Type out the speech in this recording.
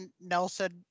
Nelson